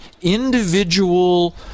individual